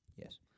Yes